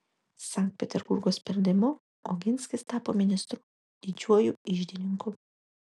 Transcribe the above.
sankt peterburgo sprendimu oginskis tapo ministru didžiuoju iždininku